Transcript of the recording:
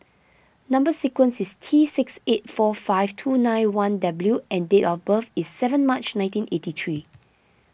Number Sequence is T six eight four five two nine one W and date of birth is seven March nineteen eighty three